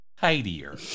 tidier